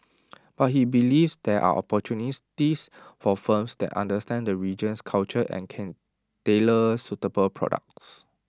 but he believes there are opportunities for firms that understand the region's culture and can tailor suitable products